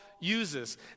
uses